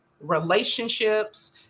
relationships